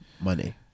Money